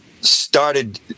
started